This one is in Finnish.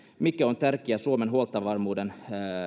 mikä on tärkeää suomen huoltovarmuudelle